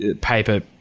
paper